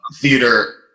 theater